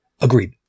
Agreed